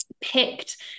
picked